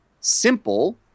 Simple